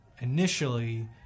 initially